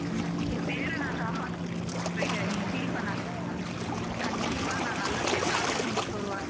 உங்கள் உங்கள் பேரை நான் காப்பாற்றுவேன்னு சொல்லிவிட்டேன் நீங்கள் ஃபீல் பண்ணாதீங்க மேம் கண்டிப்பாக நான் நல்லபடியாக ப்ராஜெக்ட் முடிச்சிவிட்டு வருவேன்